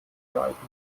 geeignet